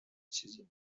چیزی